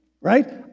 right